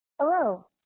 Hello